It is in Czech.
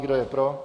Kdo je pro?